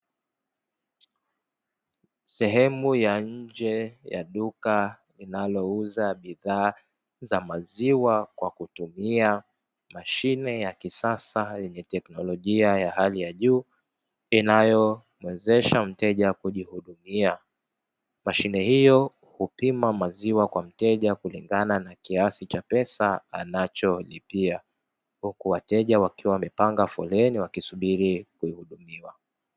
Sehemu ya nje ya duka linalouza bidhaa za maziwa kwa kutumia mashine ya kisasa yenye teknolojia ya hali ya juu inayomwezesha mteja kujihudumia. mashine hiyo hupima maziwa kwa mteja kulingana na kiasi cha pesa anacholipia huku wateja wakiwa wamepanga foleni wakisubiri kuhudumiwa.